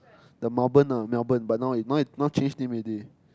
the Mellben lah Mellben but now now change name already